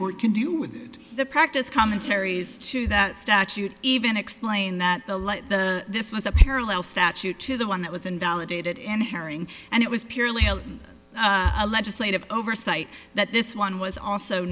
court can do with the practice commentaries to that statute even explained that the let the this was a parallel statute to the one that was invalidated and herring and it was purely a legislative oversight that this one was also